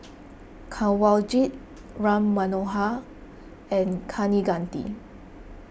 Kanwaljit Ram Manohar and Kaneganti